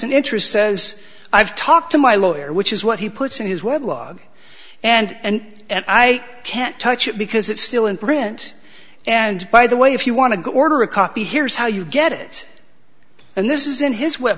an interest says i've talked to my lawyer which is what he puts in his web log and i can can't touch it because it's still in print and by the way if you want to go order a copy here's how you get it and this is in his web